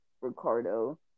Ricardo